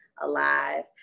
alive